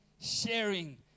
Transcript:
sharing